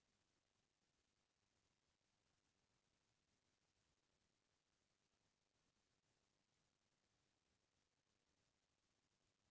निवेस बेंक ह कंपनी के बरोबर सपोट करथे जेखर ले ओ कंपनी के सेयर ल बाकी मनसे मन ले सकय कहिके